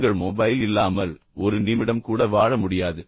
உங்கள் மொபைல் இல்லாமல் ஒரு நிமிடம் கூட வாழ முடியாது